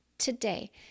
today